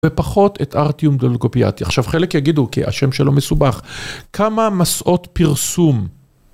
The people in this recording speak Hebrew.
ופחות את ארתיום דולגופיאטי עכשיו חלק יגידו כי השם שלו מסובך כמה מסעות פרסום.